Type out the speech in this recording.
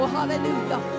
Hallelujah